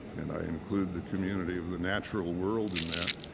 and i include the community of the natural world in that.